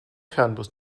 fernbus